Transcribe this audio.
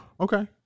Okay